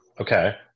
Okay